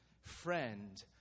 Friend